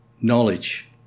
knowledge